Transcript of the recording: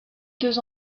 deux